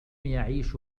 يعيش